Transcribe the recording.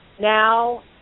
now